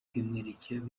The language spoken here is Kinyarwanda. ibimwerekeyeho